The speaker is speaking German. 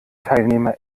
teilnehmer